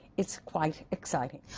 it's quite exciting.